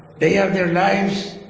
they have their lives.